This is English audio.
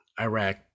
Iraq